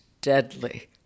deadly